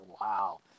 wow